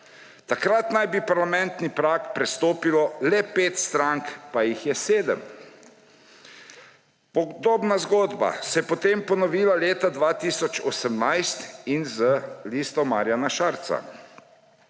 Takrat naj bi parlamentarni prag prestopilo le pet strank, pa jih je sedem. Podobna zgodba se je potem ponovila leta 2018 z Listo Marjana Šarca.